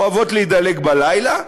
אוהבות להידלק בלילה,